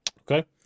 Okay